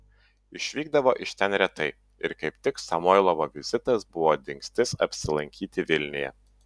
išvykdavo iš ten retai ir kaip tik samoilovo vizitas buvo dingstis apsilankyti vilniuje